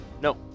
No